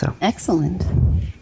Excellent